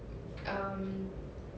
um